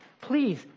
Please